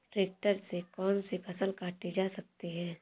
Tractor से कौन सी फसल काटी जा सकती हैं?